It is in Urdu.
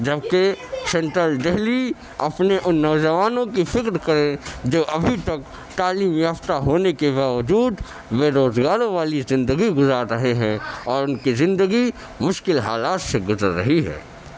جب کہ سنٹرل دہلی اپنے ان نوجوانوں کی فکر کرے جو ابھی تک تعلیم یافتہ ہونے کے باوجود بےروزگار والوں زندگی گزار رہے ہیں اور ان کی زندگی مشکل حالات سے گزر رہی ہے